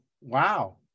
Wow